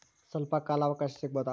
ಸ್ವಲ್ಪ ಕಾಲ ಅವಕಾಶ ಸಿಗಬಹುದಾ?